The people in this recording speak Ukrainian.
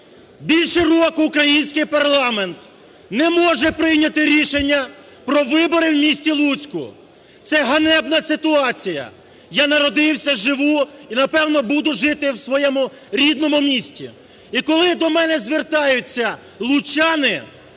Більше року український парламент не може прийняти рішення про вибори в місті Луцьку, це ганебна ситуація. Я народився, живу і, напевно, буду жити в своєму рідному місті, і коли до мене звертаються лучани.